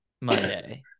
Monday